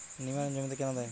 নিমারিন জমিতে কেন দেয়?